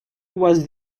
was